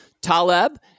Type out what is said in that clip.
Taleb